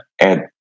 add